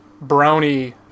brownie